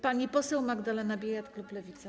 Pani poseł Magdalena Biejat, klub Lewica.